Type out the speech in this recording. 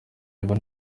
level